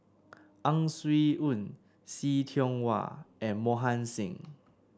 Ang Swee Aun See Tiong Wah and Mohan Singh